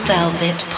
Velvet